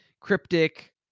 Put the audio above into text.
cryptic